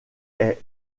est